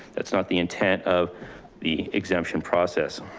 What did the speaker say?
that's not the intent of the exemption process.